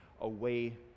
away